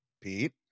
Pete